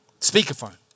Speakerphone